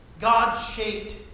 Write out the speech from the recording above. God-shaped